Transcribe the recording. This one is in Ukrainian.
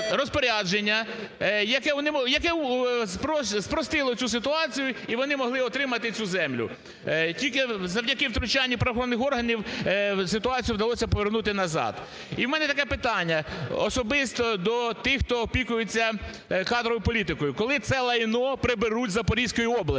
яке спростило цю ситуацію, і вони могли отримати цю землю. Тільки завдяки втручанню правоохоронних органів ситуацію вдалося повернути назад. І в мене таке питання особисто до тих, хто опікується кадровою політико. Коли це лайно приберуть із Запорізької області?